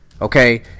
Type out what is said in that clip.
okay